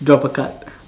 drop a card